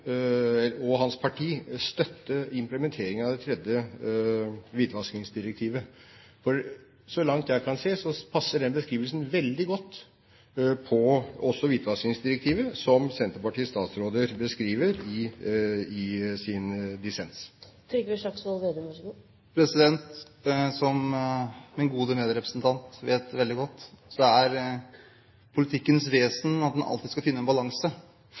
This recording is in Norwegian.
og hans parti støtte implementering av det tredje hvitvaskingsdirektivet? Så langt jeg kan se, passer den beskrivelsen som Senterpartiets statsråder har i sin dissens, veldig godt på hvitvaskingsdirektivet. Som min gode medrepresentant vet veldig godt, er politikkens vesen slik at man alltid skal finne en balanse